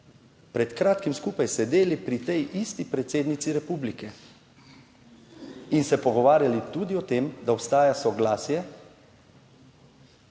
pred kratkim skupaj sedeli pri tej isti predsednici republike in se pogovarjali tudi o tem, da obstaja soglasje,